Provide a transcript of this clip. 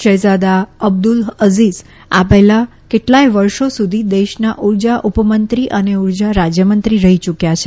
શેહજાદા Abdul Aziz આ પહેલા કેટલાય વર્ષો સુધી દેશના ઉર્જા ઉપમંત્રી અને ઉર્જા રાજ્યમંત્રી રહી યૂક્યા છે